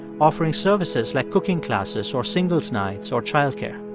offering services like cooking classes or singles' nights or child care